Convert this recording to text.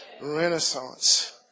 Renaissance